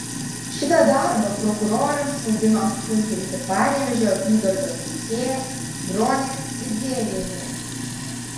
šitą darbą prokurorams mėgino apsunkinti panevėžio apygardos teisėja bronė vidzėnienė